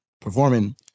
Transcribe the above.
performing